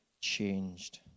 changed